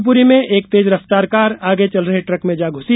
शिवप्री में एक तेज रफ़तार कार आगे चल रहे ट्रक में जा घुसी